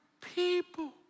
people